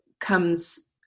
comes